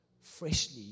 freshly